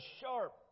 sharp